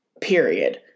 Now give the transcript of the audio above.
period